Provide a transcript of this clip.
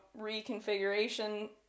reconfiguration